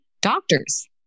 doctors